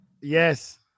Yes